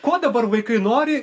ko dabar vaikai nori